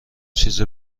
چیز